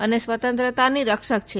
અને સ્વતંત્રતાની રક્ષક છે